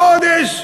חודש,